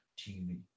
TV